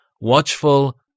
watchful